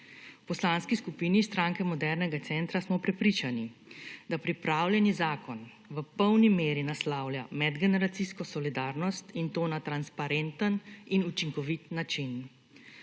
Poslanski skupini Stranke modernega centra smo prepričani, da pripravljeni zakon v polni meri naslavlja medgeneracijsko solidarnost in to na transparenten in učinkovit način.